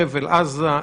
חבל עזה,